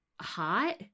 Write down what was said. hot